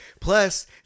Plus